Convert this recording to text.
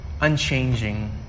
unchanging